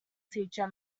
teacher